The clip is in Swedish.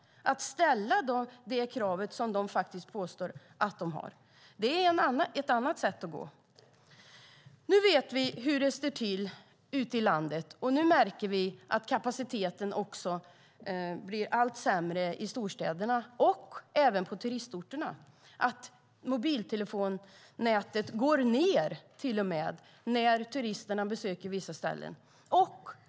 Det ska ställas krav på att leva upp till vad som påstås. Det är ett annat sätt. Nu vet vi hur det står till ute i landet, och nu märker vi att kapaciteten blir allt sämre i storstäderna och även på turistorterna. Mobiltelefonnätet går ned när turisterna besöker vissa ställen.